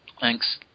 thanks